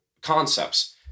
concepts